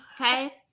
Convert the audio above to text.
Okay